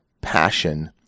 passion